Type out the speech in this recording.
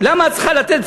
למה את צריכה לתת פסק-דין,